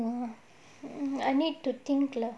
oh even you ah I need to think lah